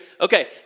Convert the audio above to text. Okay